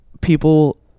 People